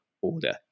order